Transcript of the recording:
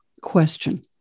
question